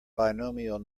binomial